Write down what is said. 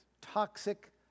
toxic